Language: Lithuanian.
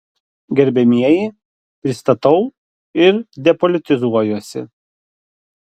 gerbiamieji prisistatau ir depolitizuojuosi